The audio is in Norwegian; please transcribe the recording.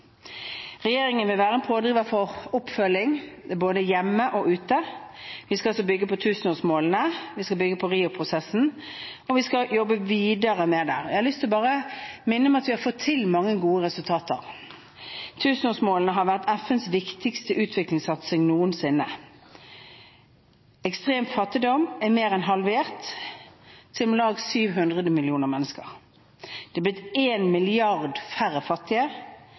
Regjeringen vil være en pådriver for oppfølging både hjemme og ute. Vi skal bygge på tusenårsmålene, vi skal bygge på Rio-prosessen, og vi skal jobbe videre med det. Jeg har lyst til bare å minne om at vi har fått til mange gode resultater. Tusenårsmålene har vært FNs viktigste utviklingssatsing noensinne. Ekstrem fattigdom er mer enn halvert, til om lag 700 millioner mennesker. Det er blitt 1 milliard færre fattige,